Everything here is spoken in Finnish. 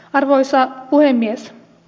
arvoisa puhemies